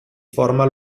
forma